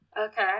Okay